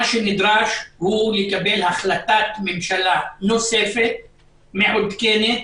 מה שנדרש הוא לקבל החלטת ממשלה נוספת מעודכנת,